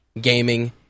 gaming